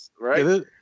right